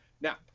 Now